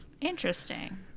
Interesting